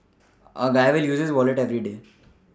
a guy will use his Wallet everyday